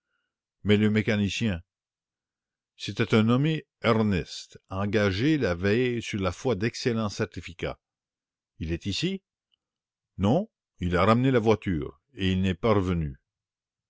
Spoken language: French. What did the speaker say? mais le mécanicien c'était un nommé ernest engagé la veille sur la foi d'excellents certificats il est ici non il a ramené la voiture et il n'est plus revenu